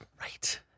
Right